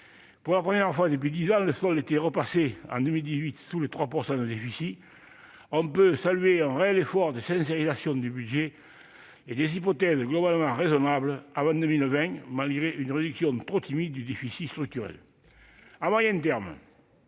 Pour la première fois depuis dix ans, le solde était repassé en 2018 sous le seuil de 3 % de déficit. On peut saluer un réel effort de « sincérisation » du budget et des hypothèses globalement raisonnables avant 2020, malgré une réduction trop timide du déficit structurel. À moyen terme,